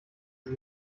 sie